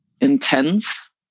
intense